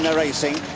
yeah racing,